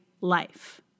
life